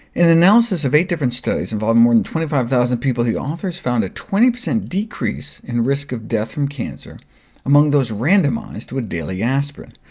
an analysis of eight different studies involving more than twenty five thousand people the authors found a twenty percent decrease in risk of death from cancer among those randomized to a daily aspirin.